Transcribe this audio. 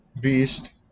Beast